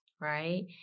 right